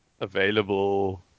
available